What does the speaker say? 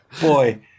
boy